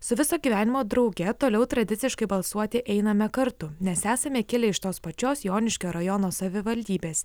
su visa gyvenimo drauge toliau tradiciškai balsuoti einame kartu nes esame kilę iš tos pačios joniškio rajono savivaldybės